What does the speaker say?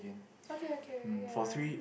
okay okay ya